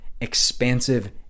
expansive